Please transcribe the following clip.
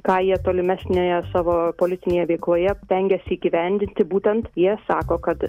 ką jie tolimesnėje savo politinėje veikloje stengiasi įgyvendinti būtent jie sako kad